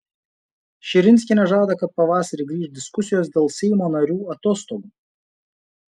širinskienė žada kad pavasarį grįš diskusijos dėl seimo narių atostogų